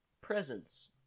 presence